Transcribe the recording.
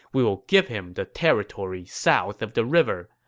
we will give him the territory south of the river.